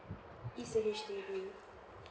It's a H_D_B